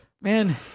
man